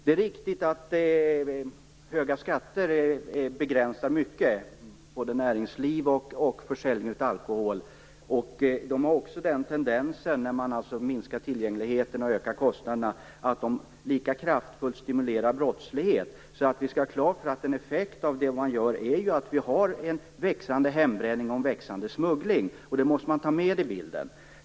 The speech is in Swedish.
Det är riktigt att höga skatter begränsar mycket, både näringsliv och försäljning av alkohol. De har också en tendens, när man minskar tillgängligheten och ökar kostnaderna, att lika kraftfullt stimulera brottslighet. Vi skall ha klart för oss att en effekt av det här är en växande hembränning och en växande smuggling. Det måste man ta med i bilden.